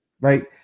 right